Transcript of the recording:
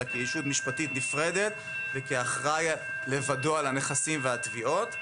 אלא כישות משפטית נפרדת וכאחראי לבדו על הנכסים והתביעות,